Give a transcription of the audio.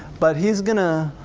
but he's gonna,